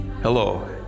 Hello